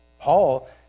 Paul